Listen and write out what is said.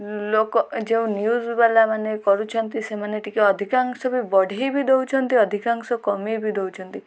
ଲୋକ ଯେଉଁ ନ୍ୟୁଜ୍ ବାଲା ମାନେ କରୁଛନ୍ତି ସେମାନେ ଟିକେ ଅଧିକାଂଶ ବି ବଢ଼େଇ ବି ଦେଉଛନ୍ତି ଅଧିକାଂଶ କମେଇ ବି ଦେଉଛନ୍ତି